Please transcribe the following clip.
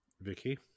Vicky